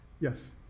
Yes